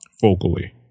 vocally